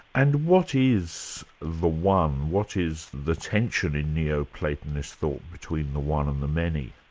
and what is the one, what is the tension in neo-platonist thought between the one and the many?